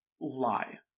lie